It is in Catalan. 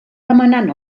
demanant